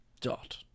Dot